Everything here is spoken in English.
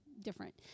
different